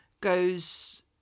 goes